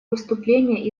выступление